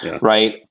right